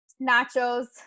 nachos